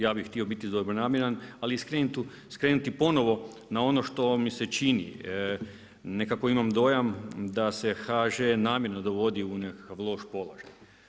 Ja bih htio biti dobronamjeran, ali skrenuti ponovo na ono što mi se čini, nekako imam dojam da se HŽ namjerno dovodi u nekakav loš položaj.